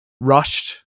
rushed